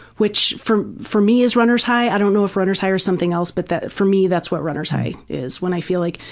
which for for me is runner's high, i don't know if runner's high is something else, but for me that's what runners high is, when i feel like,